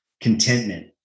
contentment